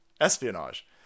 espionage